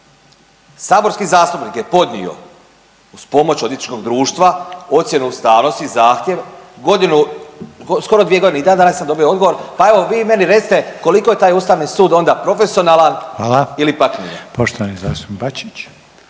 Saborski zastupnik je podnio uz pomoć odvjetničkog društva ocjenu ustavnosti, zahtjev godinu, skoro dvije godine. I dan danas sam dobio odgovor, pa evo mi recite koliko je taj Ustavni sud onda profesionalan ili